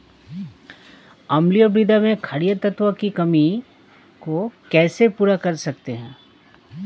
अम्लीय मृदा में क्षारीए तत्वों की कमी को कैसे पूरा कर सकते हैं?